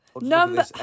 number